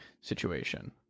situation